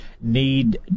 need